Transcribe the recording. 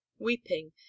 weeping